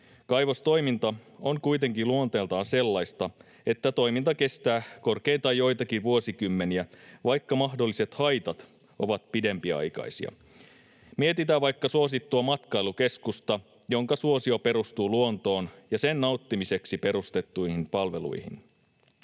Kaivostoiminta on kuitenkin luonteeltaan sellaista, että toiminta kestää korkeintaan joitakin vuosikymmeniä, vaikka mahdolliset haitat ovat pidempiaikaisia. Mietitään vaikka suosittua matkailukeskusta, jonka suosio perustuu luontoon ja siitä nauttimiseksi perustettuihin palveluihin.